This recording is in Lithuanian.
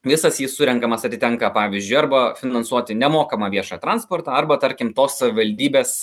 visas jis surenkamas atitenka pavyzdžiui arba finansuoti nemokamą viešą transportą arba tarkim tos savivaldybės